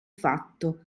fatto